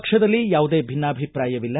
ಪಕ್ಷದಲ್ಲಿ ಯಾವುದೇ ಭಿನ್ನಾಭಿಷ್ರಾಯವಿಲ್ಲ